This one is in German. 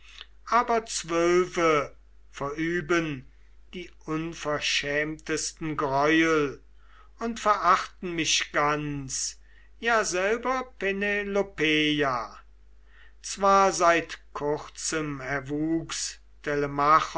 aber zwölfe verüben die unverschämtesten greuel und verachten mich ganz ja selber penelopeia zwar seit kurzem erwuchs